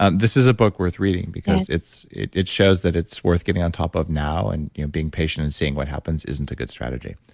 ah this is a book worth reading because it it shows that it's worth getting on top of now. and you know being patient and seeing what happens isn't a good strategy.